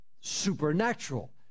supernatural